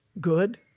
good